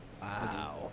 Wow